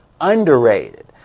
underrated